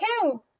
two